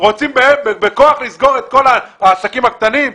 רוצים בכוח לסגור את כל העסקים הקטנים?